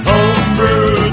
Homebrew